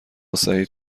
سعید